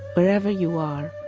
wherever you are,